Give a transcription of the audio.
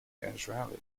causality